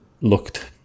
looked